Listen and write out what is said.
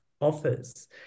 offers